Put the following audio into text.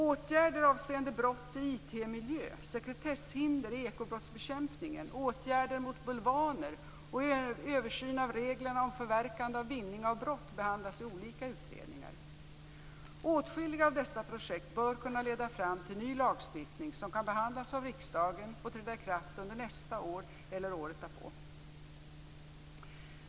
Åtgärder avseende brott i IT-miljö, sekretesshinder i ekobrottsbekämpningen, åtgärder mot bulvaner och en översyn av reglerna om förverkanden av vinning av brott behandlas i olika utredningar. Åtskilliga av dessa projekt bör kunna leda fram till ny lagstiftning som kan behandlas av riksdagen och träda i kraft under nästa år eller året därpå.